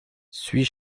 suis